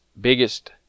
biggest